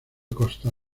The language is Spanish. costa